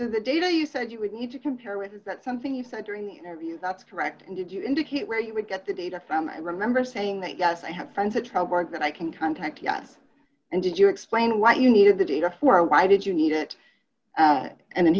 so the data you said you would need to compare with is that something you said during the interview that's correct and did you indicate where you would get the data from i remember saying that yes i have friends at trial work that i can contact yes and did you explain why you needed the data or why did you need it and he